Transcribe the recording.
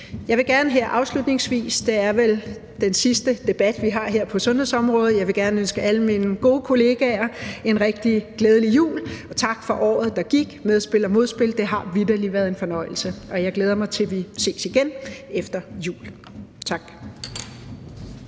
er vi i Venstre meget positive. Det er vel den sidste debat, vi har på sundhedsområdet, så jeg vil gerne afslutningsvis ønske alle mine gode kollegaer en rigtig glædelig jul. Tak for året, der gik – medspil og modspil, det har vitterlig været en fornøjelse. Jeg glæder mig til, at vi ses igen efter jul. Tak.